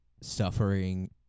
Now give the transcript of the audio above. suffering